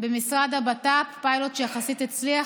במשרד הבט"פ, פיילוט שיחסית הצליח.